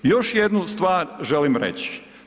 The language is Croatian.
Još jednu stvar želim reći.